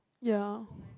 ya